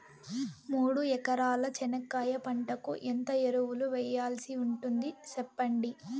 మూడు ఎకరాల చెనక్కాయ పంటకు ఎంత ఎరువులు వేయాల్సి ఉంటుంది సెప్పండి?